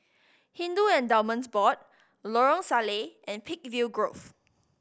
Hindu Endowments Board Lorong Salleh and Peakville Grove